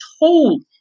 told